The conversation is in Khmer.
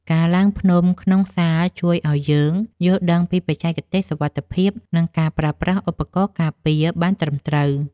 ការឡើងភ្នំក្នុងសាលជួយឱ្យយើងយល់ដឹងពីបច្ចេកទេសសុវត្ថិភាព និងការប្រើប្រាស់ឧបករណ៍ការពារបានត្រឹមត្រូវ។